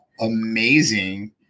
Amazing